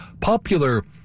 Popular